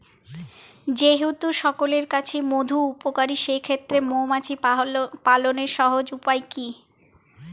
যেহেতু সকলের কাছেই মধু উপকারী সেই ক্ষেত্রে মৌমাছি পালনের সহজ উপায় কি?